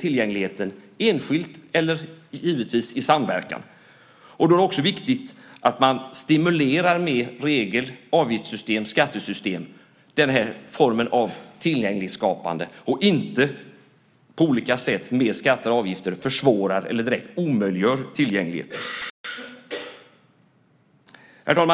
tillgänglighet, enskilt eller, givetvis, i samverkan. Då är det också viktigt att man med regler, avgiftssystem och skattesystem stimulerar den här formen av tillgänglighet och inte på olika sätt med skatter och avgifter försvårar eller direkt omöjliggör tillgänglighet. Herr talman!